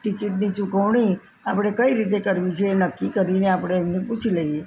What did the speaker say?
ટિકિટની ચુકવણી આપણે કઈ રીતે કરવી છે એ નક્કી કરીને આપણે એમને પૂછી લઈએ